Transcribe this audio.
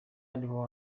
ariho